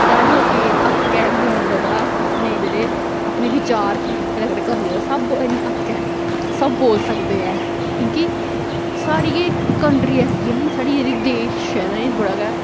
सारें लोकें गी हक्क ऐ बोलने दा अपने जेह्ड़े अपने विचार पता करने दा सब इ हक्कै ऐ सब बोल सकदे ऐ क्योंकि साढ़ी एह् इक कंट्री ऐसी ऐ न साढ़ी जेह् देश ऐ बड़ा गै